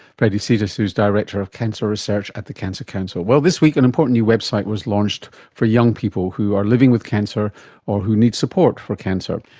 freddy sitas, who is director of cancer research at the cancer council. well, this week an important new website was launched for young people who are living with cancer or who need support for cancer,